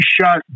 shot